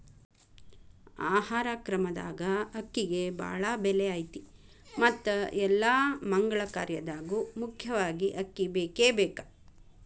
ಆಹಾರ ಕ್ರಮದಾಗ ಅಕ್ಕಿಗೆ ಬಾಳ ಬೆಲೆ ಐತಿ ಮತ್ತ ಎಲ್ಲಾ ಮಗಳ ಕಾರ್ಯದಾಗು ಮುಖ್ಯವಾಗಿ ಅಕ್ಕಿ ಬೇಕಬೇಕ